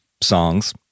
songs